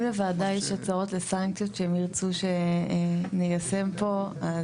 אם לוועדה יש הצעות לסנקציות שהם ירצו שניישם פה.